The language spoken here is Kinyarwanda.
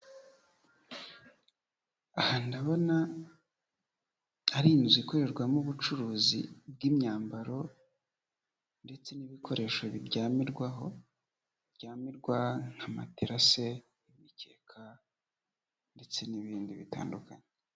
Aha ndabona ari inzu ikorerwamo ubucuruzi bw'imyambaro ndetse n'ibikoresho biryamirwaho, biryamirwa nka materalase, imikeka ndetse n'ibindi bitandukanye.